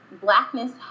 blackness